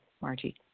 Margie